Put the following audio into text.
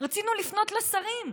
רצינו לפנות לשרים: